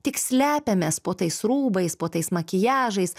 tik slepiamės po tais rūbais po tais makiažais